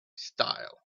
style